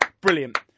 Brilliant